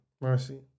Mercy